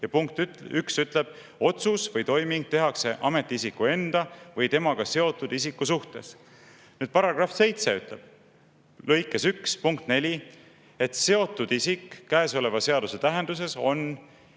ja punkt 1 ütleb: "otsus või toiming tehakse ametiisiku enda või temaga seotud isiku suhtes". Paragrahv 7 ütleb lõike 1 punktis 4, et seotud isik käesoleva seaduse tähenduses on,